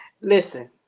Listen